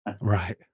Right